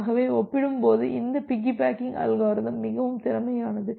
ஆகவே ஒப்பிடும்போது இந்த பிக்கிபேக்கிங் அல்காரிதம் மிகவும் திறமையானது